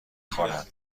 خورد